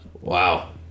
Wow